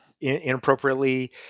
inappropriately